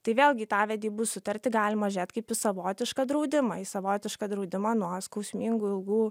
tai vėlgi į tą vedybų sutartį galima žėt kaip savotišką draudimą į savotišką draudimą nuo skausmingų ilgų